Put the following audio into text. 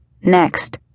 Next